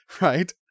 right